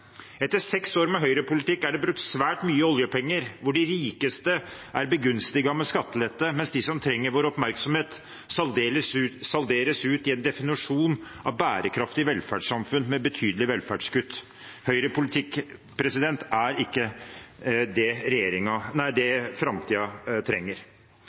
Etter seks år med høyrepolitikk er det brukt svært mye oljepenger der de rikeste er begunstiget med skattelette, mens de som trenger vår oppmerksomhet, salderes ut i en definisjon av bærekraftig velferdssamfunn med betydelige velferdskutt. Høyrepolitikk er ikke det